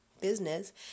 business